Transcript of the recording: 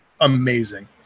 amazing